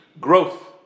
growth